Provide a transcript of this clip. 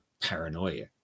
paranoia